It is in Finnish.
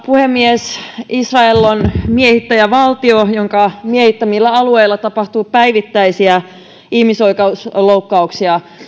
puhemies israel on miehittäjävaltio jonka miehittämillä alueilla tapahtuu päivittäisiä ihmisoikeusloukkauksia